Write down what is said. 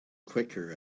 quicker